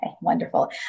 wonderful